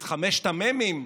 את חמשת המ"מים,